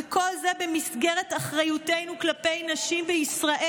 וכל זה במסגרת אחריותנו כלפי נשים בישראל.